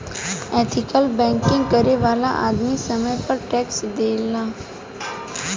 ethical banking करे वाला आदमी समय पर टैक्स देला